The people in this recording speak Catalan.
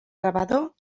rebedor